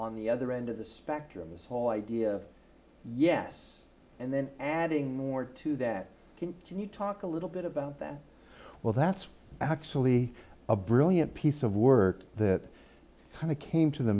on the other end of the spectrum this whole idea of yes and then adding more to that can you talk a little bit about that well that's actually a brilliant piece of work that kind of came to the